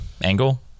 angle